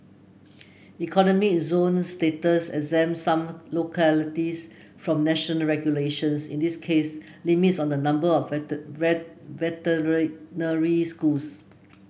economic zone status exempts some localities from national regulations in this case limits on the number of veterinary schools